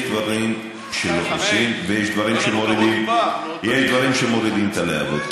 יש דברים שמוסיפים ויש דברים שמורידים את הלהבות,